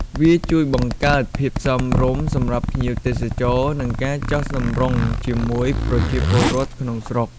វាជួយបង្កើតភាពសមរម្យសម្រាប់ភ្ញៀវទេសចរ ក្នុងការចុះសម្រុងជាមួយប្រជាពលរដ្ឋក្នុងស្រុក។